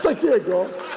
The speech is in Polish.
Takiego?